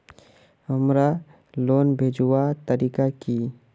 हमार लोन भेजुआ तारीख की?